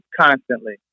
constantly